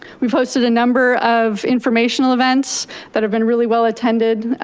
we've hosted a number of informational events that have been really well attended.